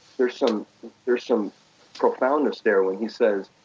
there's some there's some profoundness there when he says,